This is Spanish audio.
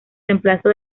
reemplazo